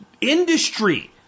industry